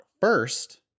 first